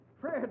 fred